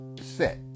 set